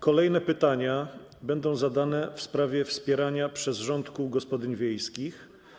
Kolejne pytanie będzie zadane w sprawie wspierania przez rząd kół gospodyń wiejskich.